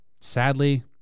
sadly